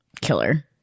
killer